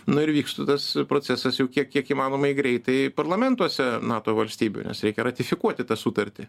nu ir vykstų tas procesas jau kiek kiek įmanoma greitai parlamentuose nato valstybių nes reikia ratifikuoti tą sutartį